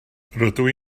rydw